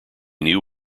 knew